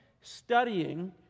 studying